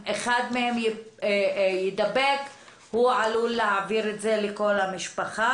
אחד מהם יידבק הוא עלול להעביר את זה לכל המשפחה.